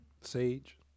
Sage